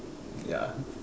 ya